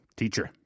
teacher